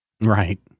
right